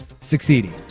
succeeding